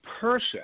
person